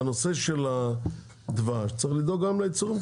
בנושא של הדבש צריך לדאוג גם לייצור המקומי.